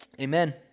Amen